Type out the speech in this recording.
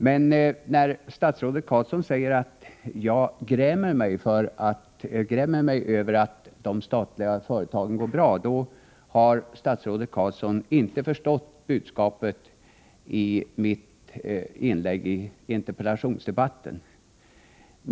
Men när statsrådet Carlsson säger att jag grämer mig över att de statliga företagen går bra har statsrådet Carlsson inte förstått budskapet i mitt inlägg i interpellationsdebatten.